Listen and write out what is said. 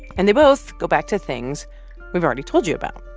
and they both go back to things we've already told you about.